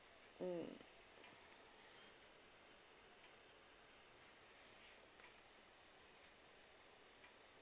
mm